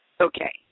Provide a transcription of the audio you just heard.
Okay